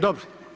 Dobro.